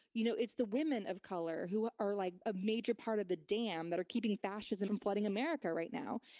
you know it's the women of color who ah are like a major part of the dam that are keeping fascism from flooding america right now.